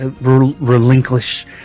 relinquish